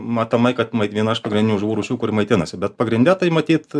matomai kad viena iš pagrindinių žuvų rūšių kur maitinasi bet pagrinde tai matyt